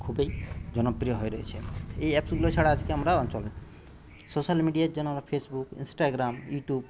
খুবই জনপ্রিয় হয়ে রয়েছে এই অ্যাপসগুলো ছাড়া আজকে আমরা অচল সোশ্যাল মিডিয়ার জন্য আমরা ফেসবুক ইন্সটাগ্রাম ইউটিউব